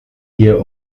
hier